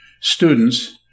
students